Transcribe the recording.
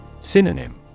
Synonym